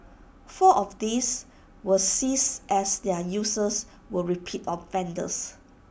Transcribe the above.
four of these were seized as their users were repeat offenders